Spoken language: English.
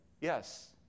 Yes